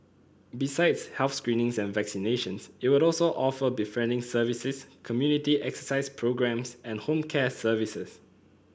besides health screenings and vaccinations it will also offer befriending services community exercise programmes and home care services